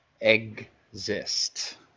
exist